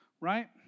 right